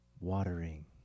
Watering